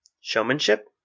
Showmanship